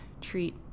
treat